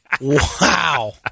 Wow